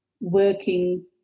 working